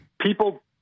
People